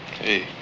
Hey